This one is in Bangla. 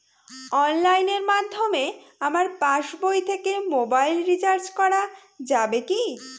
অনলাইনের মাধ্যমে আমার পাসবই থেকে মোবাইল রিচার্জ করা যাবে কি?